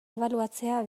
ebaluatzea